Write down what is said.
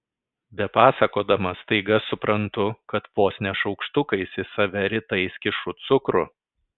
bepasakodama staiga suprantu kad vos ne šaukštukais į save rytais kišu cukrų